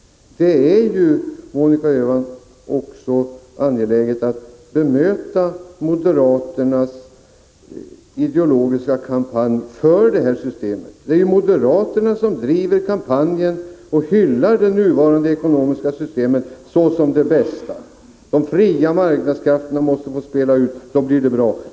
Det är lika angeläget att bemöta moderaternas ideologiska kampanj för detta system. Det är ju moderaterna som hyllar det nuvarande ekonomiska systemet såsom det bästa — de fria marknadskrafterna måste få spela ut, säger de, då blir det bra.